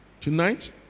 Tonight